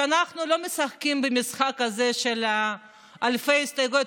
שאנחנו לא משחקים במשחק הזה של אלפי הסתייגויות.